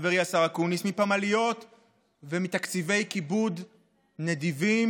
חברי השר אקוניס, מפמליות ומתקציבי כיבוד נדיבים,